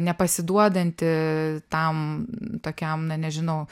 nepasiduodanti tam tokiam na nežinau